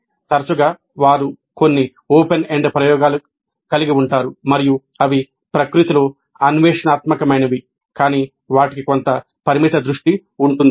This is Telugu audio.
తరచుగా వారు కొన్ని ఓపెన్ ఎండ్ ప్రయోగాలు కలిగి ఉంటారు మరియు అవి ప్రకృతిలో అన్వేషణాత్మకమైనవి కానీ వాటికి కొంత పరిమిత దృష్టి ఉంటుంది